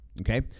okay